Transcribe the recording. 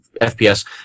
FPS